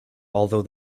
although